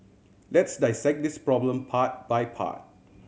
let's dissect this problem part by part